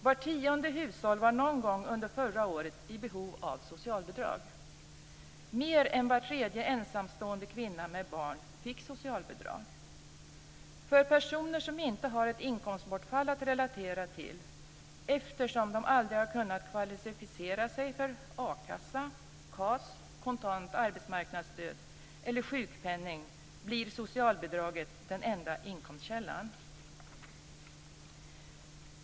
Var tionde hushåll var någon gång under förra året i behov av socialbidrag. Mer än var tredje ensamstående kvinna med barn fick socialbidrag. För personer som inte har ett inkomstbortfall att relatera till, eftersom de aldrig har kunnat kvalificera sig för akassa, KAS - kontant arbetsmarknadsstöd - eller sjukpenning, blir socialbidraget den enda inkomstkällan.